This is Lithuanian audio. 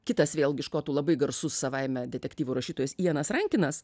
kitas vėlgi škotų labai garsus savaime detektyvų rašytojas jenas rankinas